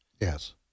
Yes